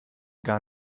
gar